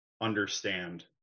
understand